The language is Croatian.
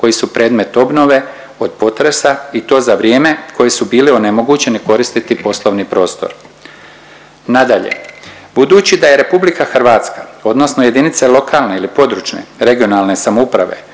koji su predmet obnove od potresa i to za vrijeme koji su bili onemogućeni koristiti poslovni prostor. Nadalje, budući da je RH odnosno jedinice lokalne ili područne regionalne samouprave,